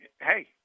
Hey